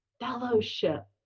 fellowship